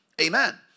Amen